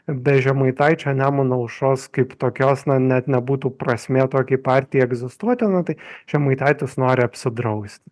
be žemaitaičio nemuno aušros kaip tokios na net nebūtų prasmė tokiai partijai egzistuoti nu tai žemaitaitis nori apsidrausti